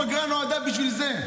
הפגרה נועדה בשביל זה,